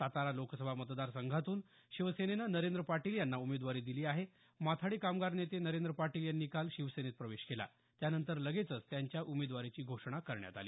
सातारा लोकसभा मतदार संघातून शिवसेनेनं नरेंद्र पाटील यांना उमेदवारी दिली आहे माथाडी कामगार नेते नरेंद्र पाटील यांनी काल शिवसेनेत प्रवेश केला त्यानंतर लगेचच त्यांच्या उमेदवारीची घोषणा करण्यात आली